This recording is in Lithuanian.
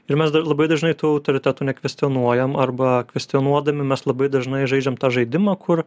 ir mes dar labai dažnai tų autoritetų nekvestionuojam arba kvestionuodami mes labai dažnai žaidžiam tą žaidimą kur